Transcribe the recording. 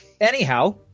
anyhow